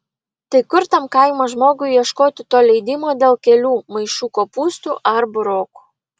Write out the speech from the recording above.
tai kur tam kaimo žmogui ieškoti to leidimo dėl kelių maišų kopūstų ar burokų